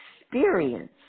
experience